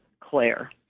Claire